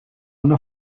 una